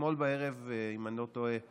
אתמול בערב שודרה